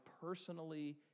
personally